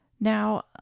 Now